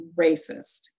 racist